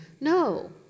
No